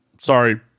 Sorry